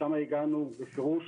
שם הגענו בפירוש